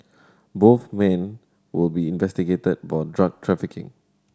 both men will be investigated for drug trafficking